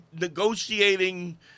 negotiating